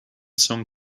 song